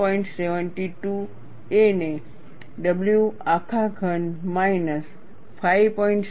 72 a ને w આખા ઘન માઇનસ 5